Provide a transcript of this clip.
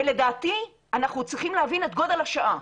ולדעתי אנחנו צריכים להבין את גודל השעה.